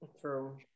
True